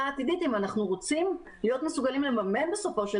העתידית אם אנחנו רוצים להיות מסוגלים לממן בסופו של